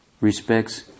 respects